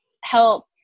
help